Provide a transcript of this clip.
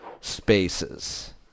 spaces